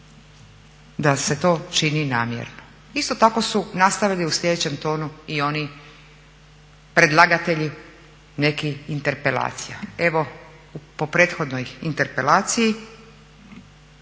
da se to čini namjerno. Isto tako su nastavili u sljedećem tonu i oni predlagatelji nekih interpelacija. Evo po prethodnoj interpelaciji